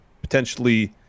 potentially